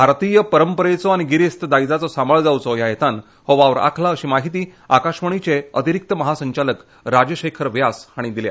भारतिय परंपरेचो आनी गिरेस्त दायजाचो सांबाळ जावचो ह्या हेतान हो वावर आंखला अशी म्हायती आकाशवाणिचे अतिरिक्त महासंचालक राजशेखर व्यास हाणी सागले